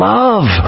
love